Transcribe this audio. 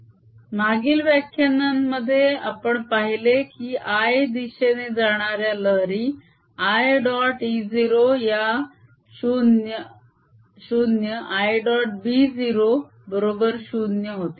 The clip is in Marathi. r ωtϕ k2πn मागील व्याख्यानामध्ये आपण पाहिले की I दिशेने जाणाऱ्या लहरी I डॉट e0 या 0 I डॉट b 0 बरोबर 0 होत्या